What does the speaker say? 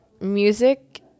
music